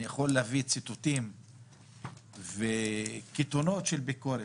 אני יכול להביא ציטוטים וקיתונות של ביקורת,